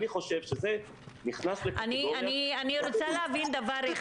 אני חושב שזה נכנס לקטיגורית אני רוצה להבין דבר.